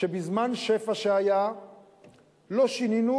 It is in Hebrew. שבזמן שפע שהיה לא שינינו,